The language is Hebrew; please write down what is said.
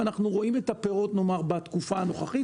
ואנחנו רואים את הפירות בתקופה הנוכחית.